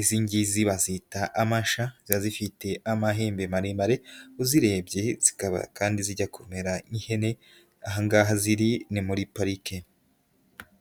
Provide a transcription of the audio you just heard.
iz'ingizi bazita amasha ziba zifite amahembe maremare uzirebye, zikaba kandi zirya kumera nk'ihene, ahangaha ziri ni muri parike.